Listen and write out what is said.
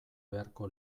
beharko